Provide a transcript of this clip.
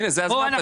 הנה, זה הזמן.